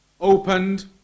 opened